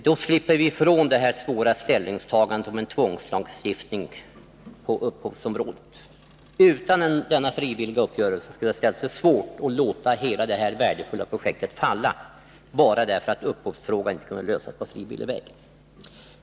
Då slipper vi ifrån ett ställningstagande om en tvångslagstiftning på upphovsrättens område. Utan denna frivilliga uppgörelse hade det ställt sig svårt att låta hela detta värdefulla projekt falla bara därför att upphovsproblemet inte kunde lösas på frivillig väg.